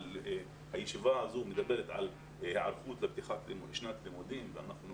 הישיבה הזו מדברת על היערכות לפתיחת שנת הלימודים אבל אנחנו